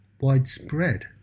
widespread